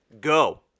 go